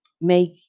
make